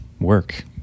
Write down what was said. work